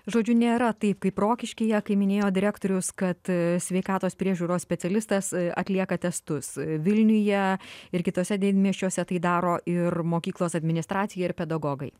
žodžiu nėra taip kaip rokiškyje kai minėjo direktorius kad sveikatos priežiūros specialistas atlieka testus vilniuje ir kituose didmiesčiuose tai daro ir mokyklos administracija ir pedagogai